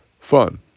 Fun